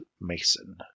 Mason